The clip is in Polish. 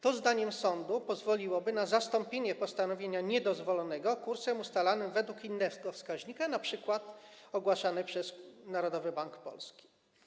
To, zdaniem sądu, pozwoliłoby na zastąpienie postanowienia niedozwolonego kursem ustalanym według innego wskaźnika, np. ogłaszanego przez Narodowy Bank Polski.